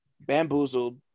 bamboozled